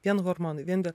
vien hormonai vien dė